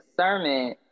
sermon